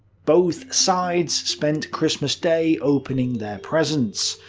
both sides spent christmas day opening their presents.